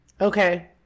Okay